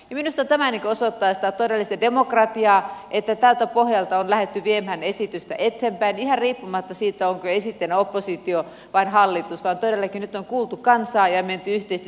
minusta tämä osoittaa sitä todellista demokratiaa että tältä pohjalta on lähdetty viemään esitystä eteenpäin ihan riippumatta siitä onko esittäjänä oppositio vai hallitus vaan todellakin nyt on kuultu kansaa ja menty yhteisesti sen asian kanssa eteenpäin